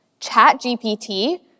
ChatGPT